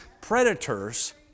predators